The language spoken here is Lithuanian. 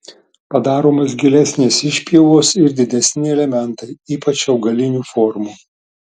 padaromos gilesnės išpjovos ir didesni elementai ypač augalinių formų